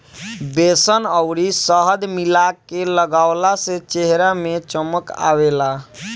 बेसन अउरी शहद मिला के लगवला से चेहरा में चमक आवेला